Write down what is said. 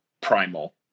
primal